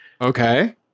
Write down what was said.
Okay